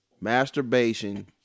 masturbation